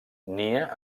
nia